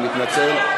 אני מתנצל.